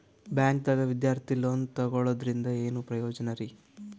ಬ್ಯಾಂಕ್ದಾಗ ವಿದ್ಯಾರ್ಥಿ ಲೋನ್ ತೊಗೊಳದ್ರಿಂದ ಏನ್ ಪ್ರಯೋಜನ ರಿ?